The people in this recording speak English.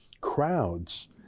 crowds